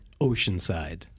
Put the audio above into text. Oceanside